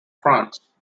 france